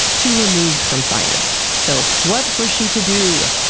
too removed from science. so, what was she to do?